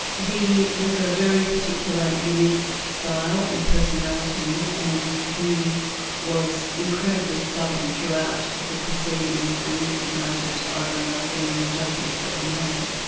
he has a very particular, unique style and personality and he was incredibly stubborn throughout the proceedings, and this is noted over and over again in the judgments that were made.